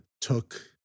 took